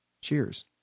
Cheers